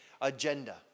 agenda